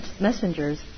messengers